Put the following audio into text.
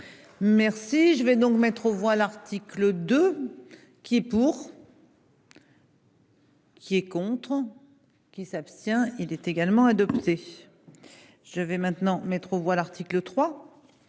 Merci je vais donc mettre aux voix, l'article 2 qui est pour. Qui est contre. Qui s'abstient. Il est également adopté. Je vais maintenant mettre aux voix, l'article 3.